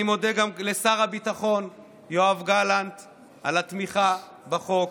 אני מודה גם לשר הביטחון יואב גלנט על התמיכה בחוק,